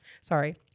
sorry